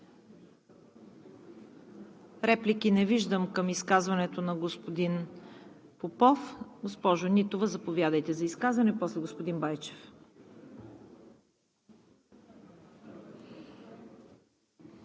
реплики към изказването на господин Попов. Госпожо Нитова, заповядайте за изказване, после – господин Байчев.